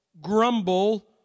grumble